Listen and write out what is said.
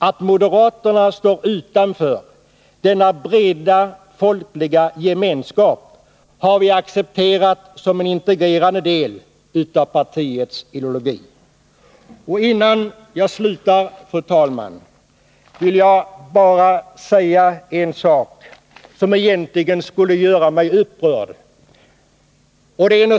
Att moderaterna står utanför denna breda folkliga gemenskap har vi accepterat som en integrerad del av partiets ideologi. Innan jag slutar, fru talman, vill jag bara säga en sak som egentligen skulle göra mig upprörd.